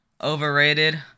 overrated